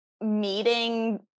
meeting